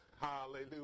Hallelujah